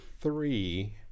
three